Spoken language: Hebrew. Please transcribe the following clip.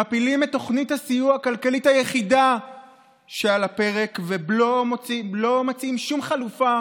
מפילים את תוכנית הסיוע הכלכלי היחידה שעל הפרק ולא מציעים שום חלופה